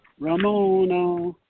Ramona